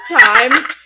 times